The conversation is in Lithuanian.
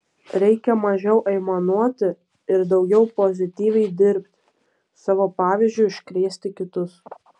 reikia mažiau aimanuoti ir daugiau pozityviai dirbti savo pavyzdžiu užkrėsti kitus